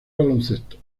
baloncesto